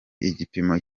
igipimo